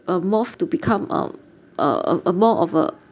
a move to become um uh uh more of a